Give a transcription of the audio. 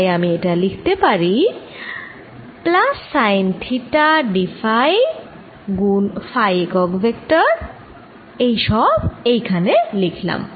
তাই এটা আমি লিখতে পারি plus sine theta d phi গুণ ফাই একক ভেক্টর এই সব এখানে লিখলাম